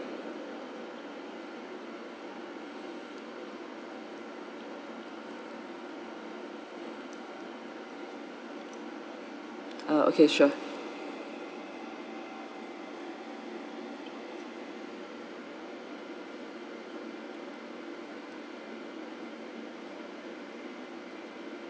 ah okay sure